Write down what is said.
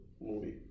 movie